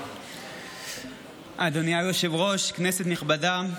אדוני היושב-ראש, כנסת נכבדה,